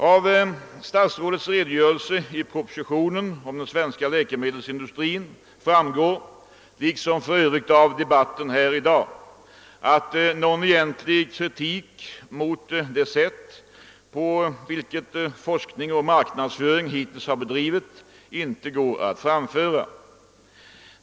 Av statsrådets redogörelse i propositionen för den svenska läkemedelsindustrin framgår, liksom för övrigt av debatten i dag, att någon egentlig kritik mot det sätt på vilket forskning och marknadsföring hittills har bedrivits inte går att framföra.